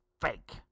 fake